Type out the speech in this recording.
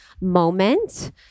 moment